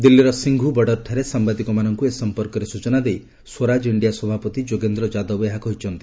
ଦିଲ୍ଲୀର ସିଫ୍ ବର୍ଡ଼ର୍ଠାରେ ସାମ୍ବାଦିକମାନଙ୍କୁ ଏ ସମ୍ପର୍କରେ ସୂଚନା ଦେଇ ସ୍ୱରାଜ ଇଣ୍ଡିଆ ସଭାପତି ଯୋଗେନ୍ଦ୍ର ଯାଦବ ଏହା କହିଛନ୍ତି